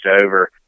over